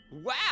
Wow